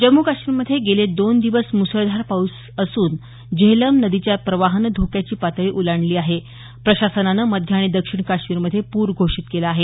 जम्मू काश्मीरमध्ये गेले दोन दिवस मुसळधार पाऊस असून झेलम नदीच्या प्रवाहानं धोक्याची पातळी ओलांडली असून प्रशासनानं मध्य आणि दक्षिण काश्मीरमधे पूर घोषीत केला आहे